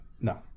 No